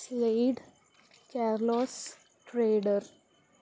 slide Carlos trader